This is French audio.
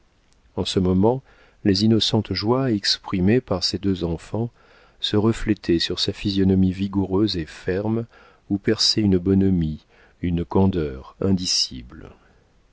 en ce moment les innocentes joies exprimées par ses deux enfants se reflétaient sur sa physionomie vigoureuse et ferme où perçaient une bonhomie une candeur indicibles